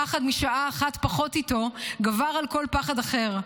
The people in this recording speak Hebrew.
הפחד משעה אחת פחות איתו גבר על כל פחד אחר.